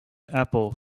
apple